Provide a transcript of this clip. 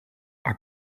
are